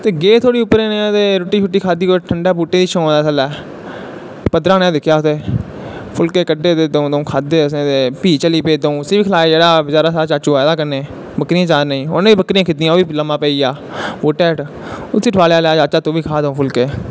ते गे उप्पर जेह् ते रुट्टी खाद्धी ठंडी बूह्टे दियां शामा पद्धरा नेहा दिक्खेआ उत्थें फुल्के खाद्धे दऊं दऊं ते चली पे उसी बी खलहाए जेह्ड़ा हा चाचू आए दा हा कन्नै बकरियां चारनें गी उनैं बा बकरियैां खिद्दियां लम्मा पेई गेआ बूह्टे हैंठ उसी ठोआले लै चाचा तूं बी खा दऊं फुल्के